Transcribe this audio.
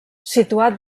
situat